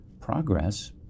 progress